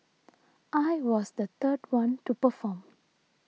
I was the third one to perform